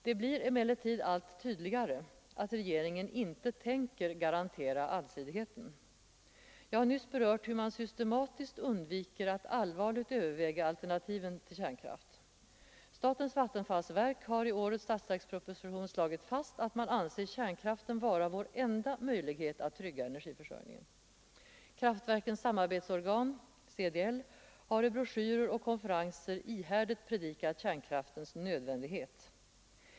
Det blir emellertid allt tydligare att regeringen inte tänker garantera allsidigheten. Jag har nyss berört hur man systematiskt undviker att allvarligt överväga alternativen till kärnkraft. Statens vattenfallsverk har enligt årets statsverksproposition slagit fast att man anser kärnkraften vara vår enda möjlighet att trygga energiförsörjningen. Kraftverkens samarbetsorgan, CDL, har i broschyrer och vid konferenser ihärdigt predikat kärnkraftens nödvändighet.